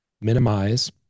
minimize